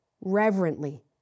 reverently